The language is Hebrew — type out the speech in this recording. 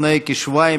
לפני כשבועיים,